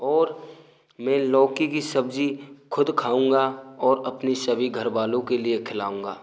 और मैं लौकी की सब्जी खुद खाऊँगा और अपने सभी घरवालों के लिए खिलाऊँगा